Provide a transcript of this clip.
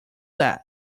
that